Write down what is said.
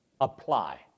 apply